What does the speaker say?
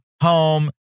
home